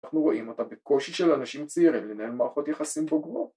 ‫אנחנו רואים אותה בקושי של ‫אנשים צעירים לנהל מערכות יחסים בוגרות.